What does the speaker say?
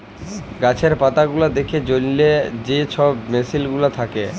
গাহাচের পাতাগুলা দ্যাখার জ্যনহে যে ছব মেসিল গুলা থ্যাকে